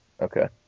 Okay